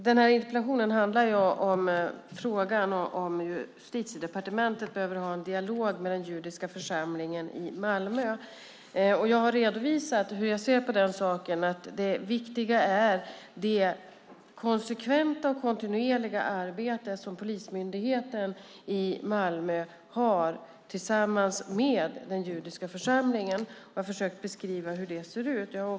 Fru talman! Interpellationen handlar om ifall Justitiedepartementet behöver ha en dialog med den judiska församlingen i Malmö eller inte. Jag har redovisat hur jag ser på det, nämligen att det viktiga är det konsekventa och kontinuerliga arbete som polismyndigheten i Malmö gör tillsammans med den judiska församlingen. Jag har försökt att beskriva hur det ser ut.